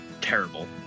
terrible